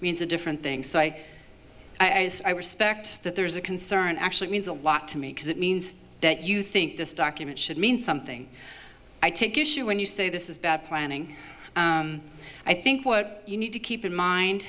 means a different thing so i suspect that there's a concern actually means a lot to me because it means that you think this document should mean something i take issue when you say this is bad planning i think what you need to keep in mind